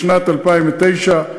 בשנת 2009,